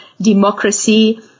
democracy